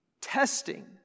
Testing